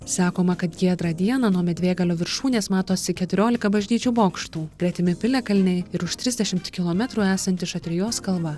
sakoma kad giedrą dieną nuo medvėgalio viršūnės matosi keturiolika bažnyčių bokštų gretimi piliakalniai ir už trisdešimt kilometrų esanti šatrijos kalva